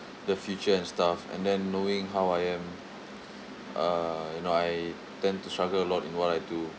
the future and stuff and then knowing how I am uh you know I tend to struggle a lot in what I do